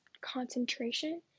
concentration